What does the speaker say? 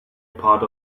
part